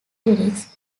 lyrics